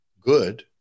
good